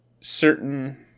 certain